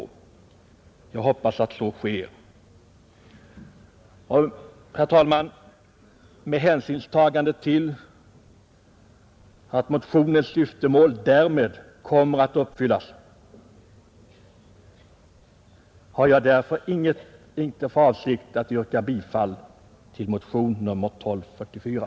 Jag hoppas att så sker. Herr talman! Med hänsyn till att motionens syftemål därmed kommer att uppfyllas har jag inte för avsikt att yrka bifall till motionen 1244.